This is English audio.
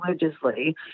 religiously